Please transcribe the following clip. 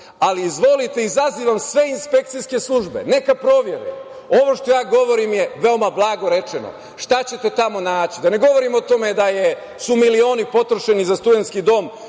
ali, izvolite, izazivam sve inspekcijske službe, neka provere. Ovo što ja govorim je veoma blago rečeno, šta ćete tamo naći. Da ne govorim o tome da su milioni potrošeni za studentski dom